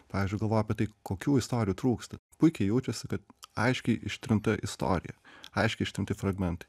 pavyzdžiui galvoju apie tai kokių istorijų trūksta puikiai jaučiasi kad aiškiai ištrinta istorija aiškiai ištempti fragmentai